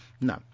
no